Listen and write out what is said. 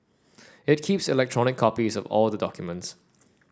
it keeps electronic copies of all the documents